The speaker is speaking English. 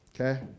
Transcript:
Okay